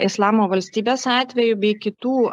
islamo valstybės atveju bei kitų